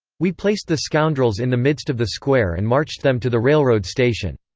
we placed the scoundrels in the midst of the square and marched them to the railroad station.